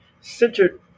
centered